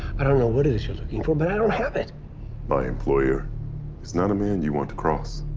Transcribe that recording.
i don't know what it is you're looking for, but i don't have it my employer is not a man you want to cross.